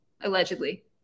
Allegedly